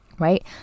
right